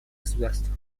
государства